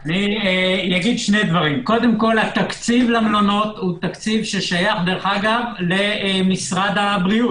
ראשית, התקציב למלונות שייך למשרד הבריאות.